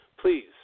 Please